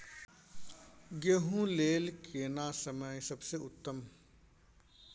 गेहूँ लेल केना समय सबसे उत्तम?